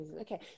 okay